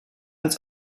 als